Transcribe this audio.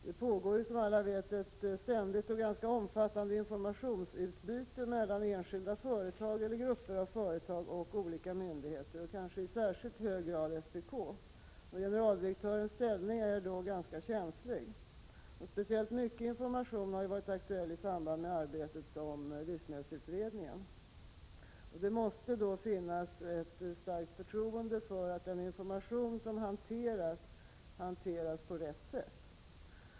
Det pågår, som alla vet, ett ständigt och ganska omfattande informationsutbyte mellan enskilda företag eller grupper av företag och olika myndigheter, kanske i särskilt hög grad med SPK. Generaldirektörens ställning är då ganska känslig. Speciellt mycket information har varit aktuell i samband med arbetet med livsmedelsutredningen. Det måste finnas ett starkt förtroende för att den information som hanteras hanteras på rätt sätt.